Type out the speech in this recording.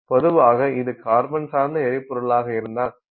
பொதுவாக இது கார்பன் சார்ந்த எரிபொருளாக இருந்தால்